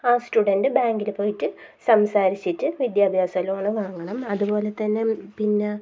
ആ സ്റ്റുഡൻ്റ് ബാങ്കിൽ പോയിട്ട് സംസാരിച്ചിട്ട് വിദ്യാഭ്യാസ ലോണ് വാങ്ങണം അതു പോലെത്തന്നെ പിന്നെ